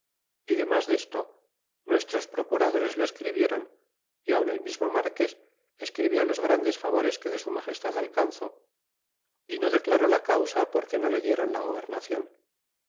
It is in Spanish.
y demas desto nuestros procuradores lo escribieron y aun el mismo marques escribió los grandes favores que de su magestad alcanzó y no declaró la causa porque no le dieron la gobernacion